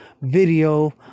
video